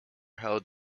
held